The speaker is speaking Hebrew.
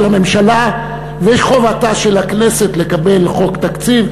הממשלה ואת חובתה של הכנסת לקבל חוק תקציב,